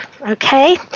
okay